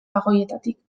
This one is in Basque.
bagoietatik